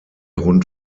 rund